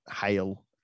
hail